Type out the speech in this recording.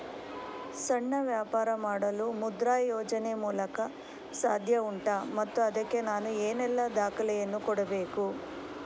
ಸಣ್ಣ ವ್ಯಾಪಾರ ಮಾಡಲು ಮುದ್ರಾ ಯೋಜನೆ ಮೂಲಕ ಸಾಧ್ಯ ಉಂಟಾ ಮತ್ತು ಅದಕ್ಕೆ ನಾನು ಏನೆಲ್ಲ ದಾಖಲೆ ಯನ್ನು ಕೊಡಬೇಕು?